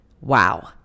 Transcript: wow